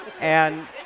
And-